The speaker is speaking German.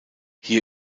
hier